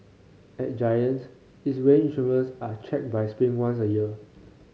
at Giant its weighing instruments are checked by spring once a year